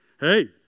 Hey